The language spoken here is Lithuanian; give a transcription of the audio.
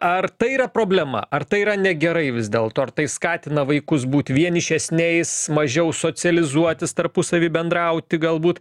ar tai yra problema ar tai yra negerai vis dėlto ar tai skatina vaikus būti vienišesniais mažiau socializuotis tarpusavy bendrauti galbūt